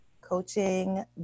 Coaching